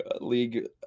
League